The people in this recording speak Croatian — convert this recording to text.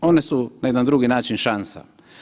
One su na jedan drugi način šansa.